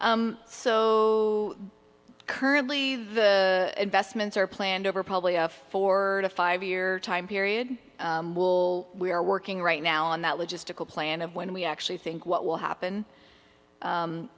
you so currently the investments are planned over probably a four to five year time period will we are working right now on that logistical plan of when we actually think what will happen